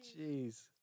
Jeez